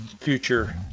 future